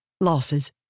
losses